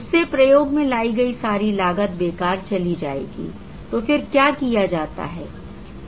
उससे प्रयोग में लगाई गई सारी लागत बेकार चली जाएगीI तो फिर क्या किया जाता है